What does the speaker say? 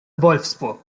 wolfsburg